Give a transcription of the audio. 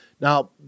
Now